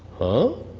huh?